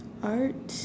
arts